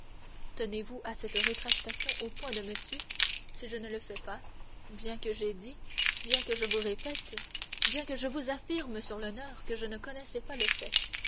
tenez-vous à cette rétractation au point de me tuer si je ne le fais pas bien que je vous aie dit bien que je vous répète bien que je vous affirme sur l'honneur que je ne connaissais pas le fait